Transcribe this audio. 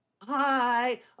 hi